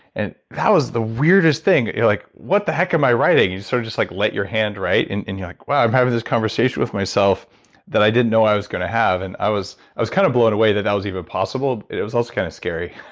and that was the weirdest thing. you're like what the heck am i writing? you sort of just like let your hand write. and and you're like, wow i'm having this conversation with myself that i didn't know i was going to have. and i was i was kind of blown away that that was even possible. it it was also kind of scary,